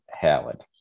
Howard